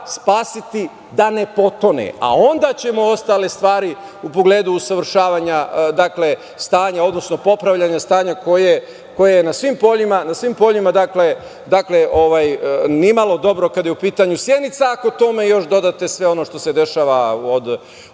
spasiti da ne potone, a onda ćemo ostale stvari u pogledu popravljanja stanja, koje je na svim poljima ni malo dobro, kada je u pitanju Sjenica, ako tome dodate i sve ono što se dešava od